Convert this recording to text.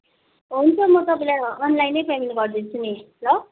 हुन्छ म तपाईँलाई अनलाइनै पेमेन्ट गरिदिन्छु नि ल